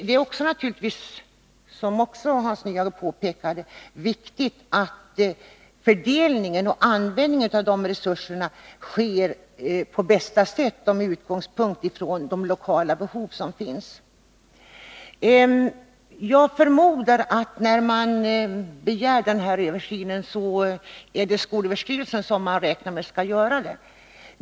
Det är naturligtvis, som Hans Nyhage också påpekade, viktigt att fördelningen och användningen av de resurserna sker på bästa sätt och med utgångspunkt i de lokala behov som finns. Jag förmodar att när man begär den här översynen är det skolöverstyrelsen som man räknar med skall göra den.